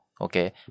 okay